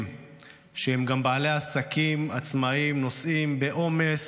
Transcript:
שהם גם בעלי עסקים עצמאים נושאים בעומס